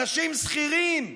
אנשים שכירים,